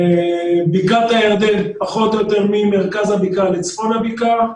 בקעת הירדן פחות או יותר ממרכז הבקעה לצפון הבקעה,